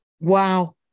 Wow